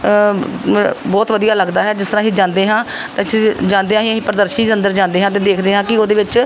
ਨ ਬਹੁਤ ਵਧੀਆ ਲੱਗਦਾ ਹੈ ਜਿਸ ਤਰ੍ਹਾਂ ਅਸੀਂ ਜਾਂਦੇ ਹਾਂ ਅਤੇ ਅਸੀਂ ਜਾਂਦਿਆਂ ਹੀ ਅਸੀਂ ਪ੍ਰਦਰਸ਼ਨੀ ਦੇ ਅੰਦਰ ਜਾਂਦੇ ਹਾਂ ਅਤੇ ਦੇਖਦੇ ਹਾਂ ਕਿ ਉਹਦੇ ਵਿੱਚ